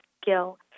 skill